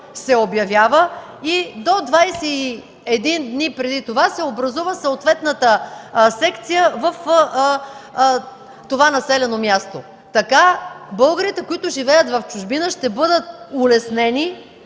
българите, които живеят в чужбина, ще бъдат улеснени